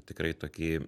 tikrai tokį